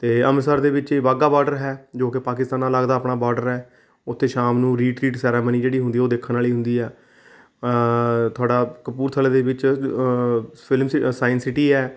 ਅਤੇ ਅੰਮ੍ਰਿਤਸਰ ਦੇ ਵਿੱਚ ਹੀ ਬਾਘਾ ਬਾਰਡਰ ਹੈ ਜੋ ਕਿ ਪਾਕਿਸਤਾਨ ਨਾਲ ਲੱਗਦਾ ਆਪਣਾ ਬੋਰਡਰ ਹੈ ਉੱਥੇ ਸ਼ਾਮ ਨੂੰ ਰੀਟ੍ਰੀਟ ਸੈਰੇਮਨੀ ਜਿਹੜੀ ਹੁੰਦੀ ਉਹ ਦੇਖਣ ਵਾਲੀ ਹੁੰਦੀ ਹੈ ਤੁਹਾਡਾ ਕਪੂਰਥਲਾ ਦੇ ਵਿੱਚ ਫਿਲਮ ਸੀ ਸਾਇੰਸ ਸਿਟੀ ਹੈ